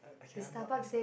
okay I am not as